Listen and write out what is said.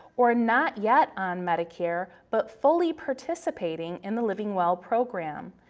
or not yet on medicare but fully participating in the livingwell program,